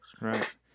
right